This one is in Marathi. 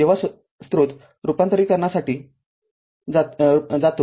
जेव्हा स्त्रोत रूपांतरणीकरणासाठी जातो